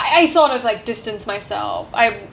I sort of like distance myself I